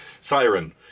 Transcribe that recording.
Siren